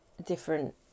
different